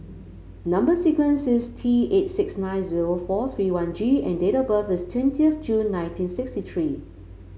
number sequence is T eight six nine zero four three one G and date of birth is twenty of June nineteen sixty three